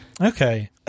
Okay